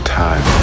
time